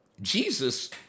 Jesus